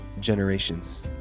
generations